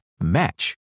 match